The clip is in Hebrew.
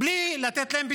בלי לתת להן פתרונות.